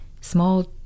small